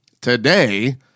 Today